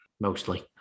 mostly